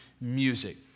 music